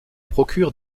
procure